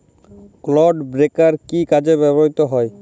Clod breaker কি কাজে ব্যবহৃত হয়?